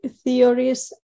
theories